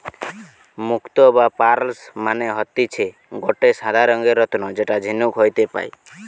মুক্তো বা পার্লস মানে হতিছে গটে সাদা রঙের রত্ন যেটা ঝিনুক হইতে পায়